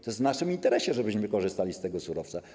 To jest w naszym interesie, żebyśmy korzystali z tego surowca.